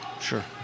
Sure